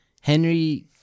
Henry